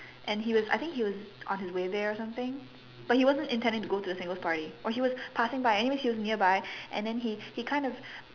and he was I think he was on his way there or something but he wasn't intending to go to the singles party or he was passing by anyways he was nearby and then he he kind of